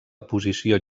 posició